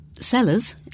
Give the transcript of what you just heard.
sellers